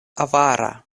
avara